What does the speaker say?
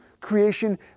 creation